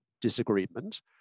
disagreement